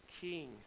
king